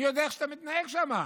מי יודע איך אתה מתנהג שם.